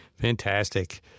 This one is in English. Fantastic